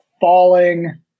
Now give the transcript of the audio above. falling